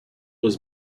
was